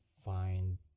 find